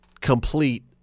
complete